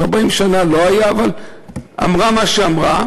אז 40 שנה לא היה, אבל היא אמרה מה שאמרה.